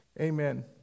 amen